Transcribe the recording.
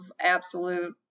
absolute